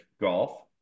golf